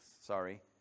sorry